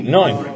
nine